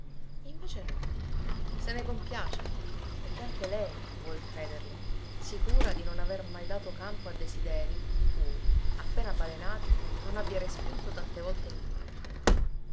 invece no se ne compiace perché anche lei vuol crederlo sicura di non aver mai dato campo a desiderii di cui appena balenati non abbia respinto tante volte